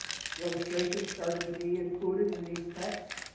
the illustrations started to be included in these texts.